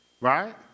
Right